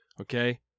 Okay